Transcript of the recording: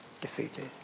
defeated